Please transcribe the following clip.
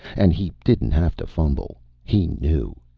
and he didn't have to fumble. he knew.